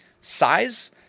Size